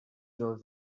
drove